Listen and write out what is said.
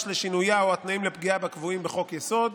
לשינויה או התנאים לפגיעה בה קבועים בחוק-יסוד,